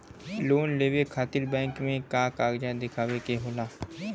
Loan लेवे खातिर bank मे का कागजात दिखावे के होला?